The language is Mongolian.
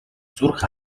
зүрх